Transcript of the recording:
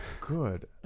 good